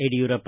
Yediyurappa